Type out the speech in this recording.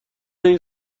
این